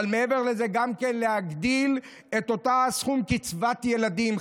מעבר לזה, גם להגדיל את סכום קצבת הילדים.